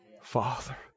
Father